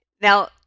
Now